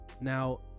now